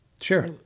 Sure